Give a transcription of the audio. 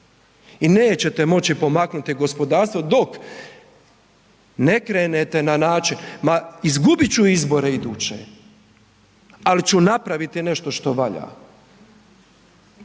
I nećete moći pomaknuti gospodarstvo dok ne krenete na način, ma izgubit ću izbore iduće, ali ću napraviti nešto što valja,